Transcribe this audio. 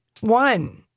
one